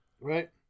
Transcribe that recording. Right